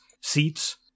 seats –